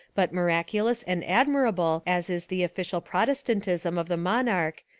but miraculous and ad mirable as is the ofllcial protestantism of the monarch,